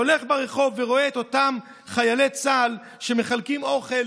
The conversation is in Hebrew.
שהולך ברחוב ורואה את אותם חיילי צה"ל מחלקים אוכל,